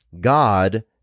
God